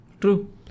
True